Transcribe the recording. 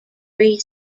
free